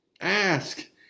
Ask